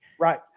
right